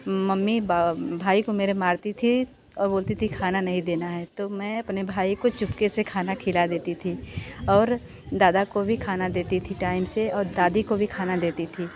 mummy भाई को मेरे मरती थी और बोलती थी खाना नहीं देना है तो मैं अपने भाई को चुपके से खाना खिला देती थी और दादा को भी खाना देती थी टाइम से और दादी को भी खाना देती थी